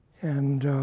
and